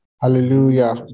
Hallelujah